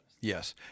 Yes